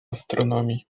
astronomii